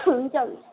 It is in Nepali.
हुन्छ हुन्छ